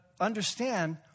understand